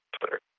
Twitter